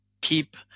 keep